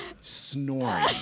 snoring